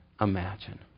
imagine